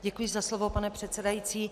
Děkuji za slovo, pane předsedající.